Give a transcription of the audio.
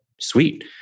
sweet